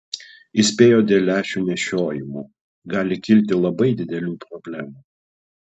įspėjo dėl lęšių nešiojimo gali kilti labai didelių problemų